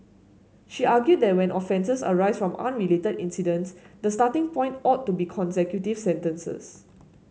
she argued that when offences arise from unrelated incidents the starting point ought to be consecutive sentences